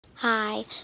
Hi